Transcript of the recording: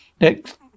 Next